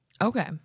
Okay